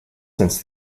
since